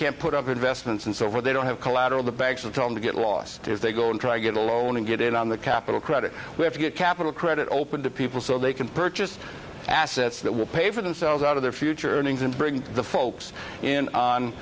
can't put up investments and so far they don't have collateral the banks are told to get lost if they go and try to get a loan and get in on the capital credit we have to get capital credit open to people so they can purchase assets that will pay for themselves out of their future earnings and bring the folks in